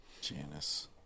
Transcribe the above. Janice